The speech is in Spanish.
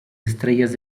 estrellas